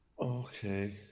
Okay